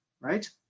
right